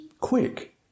quick